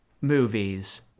movies